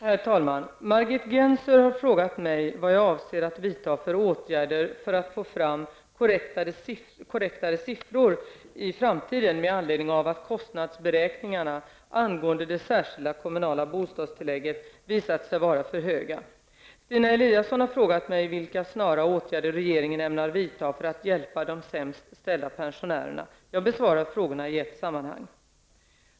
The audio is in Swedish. Herr talman! Margit Gennser har frågat mig vad jag avser att vidta för åtgärder för att få fram korrektare siffror i framtiden med anledning av att kostnadsberäkningarna angående det särskilda kommunala bostadstillägget visat sig vara för höga. Stina Eliasson har frågat mig vilka snara åtgärder regeringen ämnar vidta för att hjälpa de sämst ställda pensionärerna. Jag besvarar frågorna i ett sammanhang.